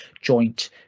joint